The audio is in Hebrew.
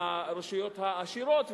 מהרשויות העשירות,